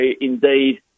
indeed